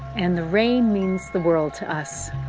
and the rain means the world to us.